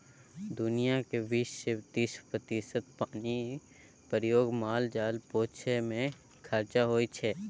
दुनियाँक बीस सँ तीस प्रतिशत पानिक प्रयोग माल जाल पोसय मे खरचा होइ छै